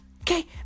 Okay